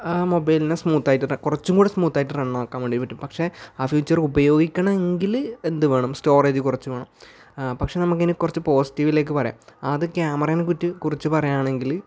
ആ മൊബൈലിനെ സ്മൂത്ത് ആയിട്ട് കുറച്ചും കൂടി സ്മൂത്തായിട്ട് റൺ ആക്കാൻ വേണ്ടി പറ്റും പക്ഷേ ആ ഫീച്ചർ ഉപയോഗിക്കണമെങ്കിൽ എന്തു വേണം സ്റ്റോറേജ് കുറച്ചു വേണം പക്ഷേ നമുക്കിങ്ങനെ കുറച്ചു പോസിറ്റീവിലേക്ക് വരാം ആദ്യം ക്യാമറേനെപ്പറ്റി കുറിച്ച് പറയുകയാണെങ്കിൽ